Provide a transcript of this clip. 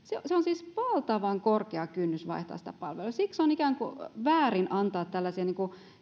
se on siis valtavan korkea kynnys vaihtaa sitä palvelua siksi on väärin antaa tällaisia